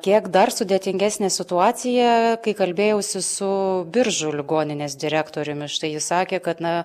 kiek dar sudėtingesnė situacija kai kalbėjausi su biržų ligoninės direktoriumi štai jis sakė kad na